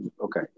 Okay